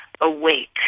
awake